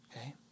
Okay